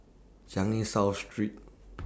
Changi South Street